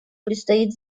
предстоит